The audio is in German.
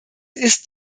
ist